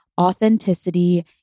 authenticity